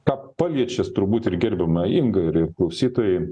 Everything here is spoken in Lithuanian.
ką paliečia turbūt ir gerbiama inga ir ir klausytojai